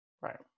Right